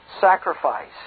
sacrifice